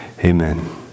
Amen